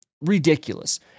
ridiculous